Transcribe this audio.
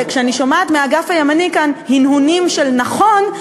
וכשאני שומעת מהאגף הימני כאן הנהונים של נכון,